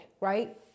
right